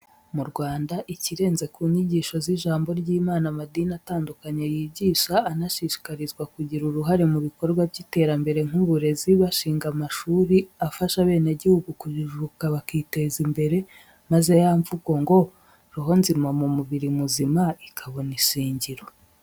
Mu Rwanda, ikirenze ku nyigisho z'ijambo ry'Imana amadini atandukanye yigisha, anashishikarizwa kugira uruhare mu bikorwa by'iterambere nk'uburezi, bashinga amashuri afasha abenegihugu kujijuka, bakiteza imbere, maze ya mvugo ngo: "Roho nzima mu mubiri muzima," ikabona ishingiro.